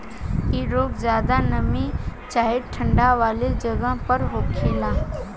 इ रोग ज्यादा नमी चाहे ठंडा वाला जगही पर होखेला